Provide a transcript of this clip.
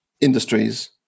industries